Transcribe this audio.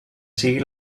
sigui